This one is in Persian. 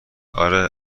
آره